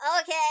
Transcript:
okay